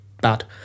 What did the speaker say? bad